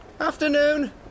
Afternoon